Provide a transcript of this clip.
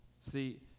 See